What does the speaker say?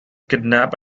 kidnap